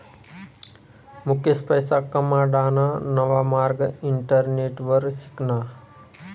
मुकेश पैसा कमाडाना नवा मार्ग इंटरनेटवर शिकना